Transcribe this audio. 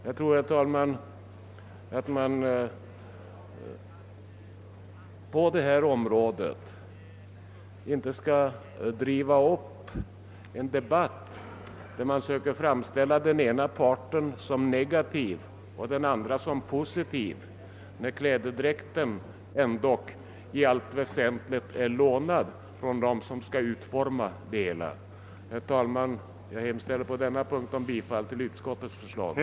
Jag tror inte, herr talman, att man på detta område bör driva upp en debatt, vari man söker framställa den ena parten såsom negativ och den andra parten såsom positiv, när klädedräkten ändock i allt väsentligt är lånad från dem som skall ut forma det hela. Herr talman! Jag hemställer på denna punkt om bifall till utskottets hemställan.